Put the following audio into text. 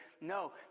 No